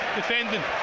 defending